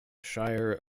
shire